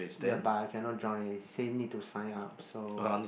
ya but I cannot join say need to sign up so